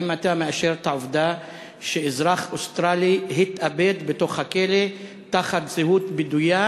האם אתה מאשר את העובדה שאזרח אוסטרלי התאבד בתוך הכלא תחת זהות בדויה,